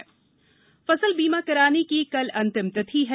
फसल बीमा फसल बीमा कराने की कल अंतिम तिथि है